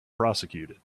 prosecuted